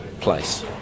place